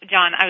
John